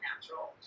natural